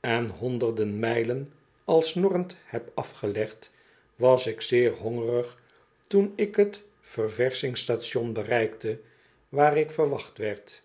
en honderden mijlen al snorrend heb afgelegd was ik zeer hongerig toen ik het ververschings station bereikte waar ik verwacht werd